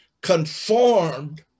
conformed